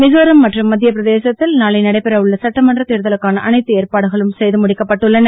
மிசோரம் மற்றும் மத்திய பிரதேசத்தில் நாளை நடைபெற உள்ள சட்டமன்றத் தேர்தலுக்கான அனைத்து ஏற்பாடுகளும் செய்கு முடிக்கப்பட்டுள்ளன